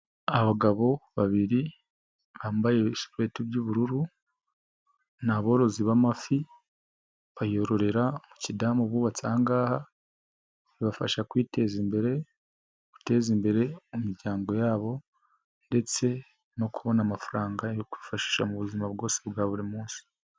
Abagabo babiri bambaye ibinshwetu by'ubururu, n'aborozi b'amafi, bayororera mu kidamu bubatse ahangaha, bibafasha kwiteza imbere, guteza imbere imiryango yabo ndetse no kubona amafaranga yo kwifashisha mu buzima bwose bwa buri munsi.